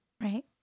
Right